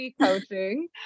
Coaching